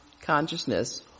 consciousness